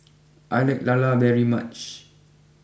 I like LaLa very much